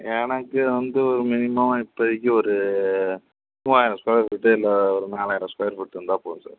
எனக்கு வந்து ஒரு மினிமம் இப்பதிக்கு ஒரு மூவாயிரம் ஸ்கொயர் ஃபீட்டு இல்லை ஒரு நாலாயிரம் ஸ்கொயர் ஃபீட்டு இருந்தால் போதும் சார்